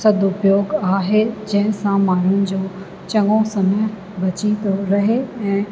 सदुपयोगु आहे जंहिं सा माणुन जो चङो समय बची थो रहे ऐं